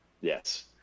Yes